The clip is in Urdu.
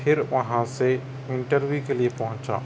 پھر وہاں سے انٹرویو کے لئے پہنچا